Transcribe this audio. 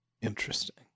Interesting